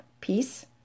peace